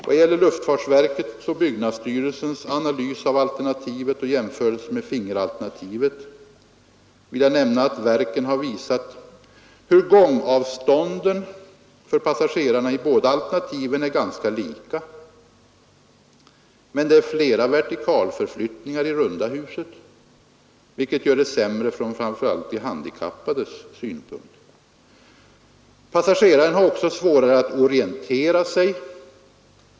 Vad gäller luftfartsverkets och byggnadsstyrelsens analys av alternativet och jämförelse med fingeralternativet vill jag nämna att verken har visat hur gångavstånden för pa: gerarna i båda alternativen är ganska lika, men det är flera vertikalförflyttningar i runda huset, vilket gör det sämre från framför allt de handikappades synpunkt. Passageraren har också svårare att orientera sig.